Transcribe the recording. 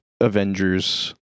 Avengers